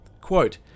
Quote